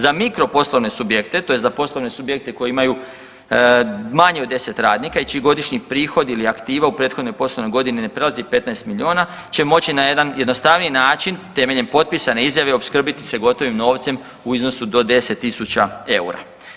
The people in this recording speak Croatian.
Za mikro poslovne subjekte tj. za poslovne subjekte koji imaju manje od 10 radnika i čiji godišnji prihodi ili aktiva u prethodnoj poslovnoj godini ne prelazi 15 milijuna će moći na jedan jednostavniji način temeljem potpisane izjave opskrbiti se gotovim novcem u iznosu do 10.000 eura.